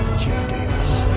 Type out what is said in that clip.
jim davis.